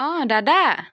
অঁ দাদা